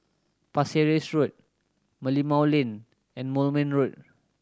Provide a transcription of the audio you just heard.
Pasir Ris Road Merlimau Lane and Moulmein Road